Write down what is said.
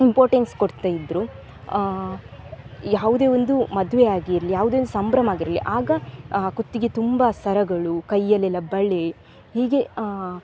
importance ಕೊಡ್ತಯಿದ್ದರು ಯಾವುದೇ ಒಂದು ಮದುವೆ ಆಗಿರಲಿ ಯಾವುದೇ ಸಂಭ್ರಮ ಆಗಿರಲಿ ಆಗ ಕುತ್ತಿಗೆ ತುಂಬ ಸರಗಳು ಕೈಯಲ್ಲೆಲ್ಲ ಬಳೆ ಹೀಗೆ